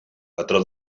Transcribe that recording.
patró